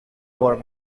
are